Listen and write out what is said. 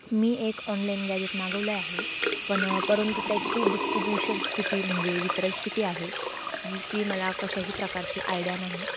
मी एक online gadget मागवलं आहे पण परंतु त्याची डिस्टीब्युशन स्थिती म्हणजे वितरण स्थिती आहे जीची मला कशाही प्रकारची आयडिया नाही